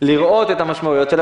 לראות את המשמעויות שלה,